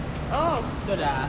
oh